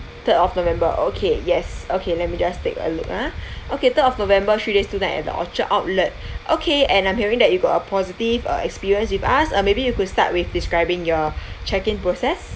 third of november okay yes okay let me just take a look ah okay third of november three days tonight at the orchard outlet okay and I'm hearing that you got a positive uh experience with us uh maybe you could start with describing your check-in process